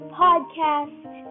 podcast